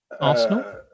Arsenal